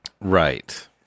Right